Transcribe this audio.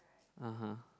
(uh huh)